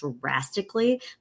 drastically